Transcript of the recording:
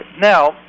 Now